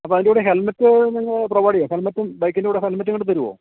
അപ്പം അതിൻ്റെ കൂടെ ഹെൽമെറ്റ് നിങ്ങൾ പ്രൊവൈഡ് ചെയ്യോ ഹെൽമെറ്റും ബൈക്കിൻ്റെ കൂടെ ഹെൽമെറ്റും കൂടെ തരുമോ